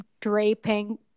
draping